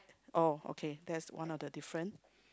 oh okay that's one of the different